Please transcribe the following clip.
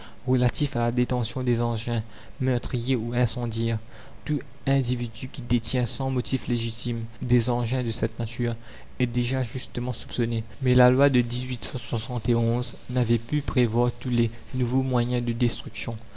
relatif à la détention des engins meurtriers ou incendiaires tout individu qui détient sans motifs légitimes des engins de cette nature est déjà justement soupçonné mais la loi de navait pu prévoir tous les nouveaux moyens de destruction